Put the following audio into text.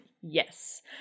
Yes